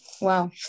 Wow